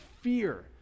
fear